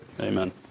Amen